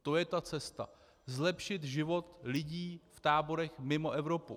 To je ta cesta zlepšit život lidí v táborech mimo Evropu.